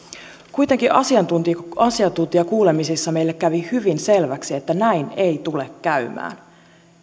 kuitenkin asiantuntijakuulemisissa meille kävi hyvin selväksi että näin ei tule käymään